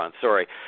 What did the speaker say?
sorry